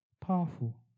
Powerful